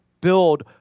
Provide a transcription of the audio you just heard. build